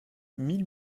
mille